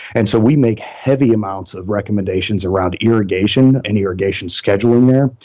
and so we make heavy amounts of recommendations around irrigation and irrigation schedule and there.